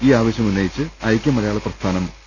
ഈ ആവശൃം ഉന്നയിച്ച് ഐക്യമലയാള പ്രസ്ഥാനം പി